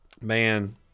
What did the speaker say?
Man